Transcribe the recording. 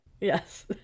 Yes